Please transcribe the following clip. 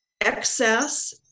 Excess